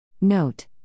Note